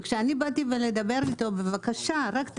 וכשאני באתי לדבר איתו, "בבקשה, רק תנמיך,